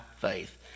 faith